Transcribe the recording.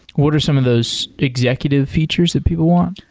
what are some of those executive features that people want?